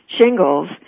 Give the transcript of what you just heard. shingles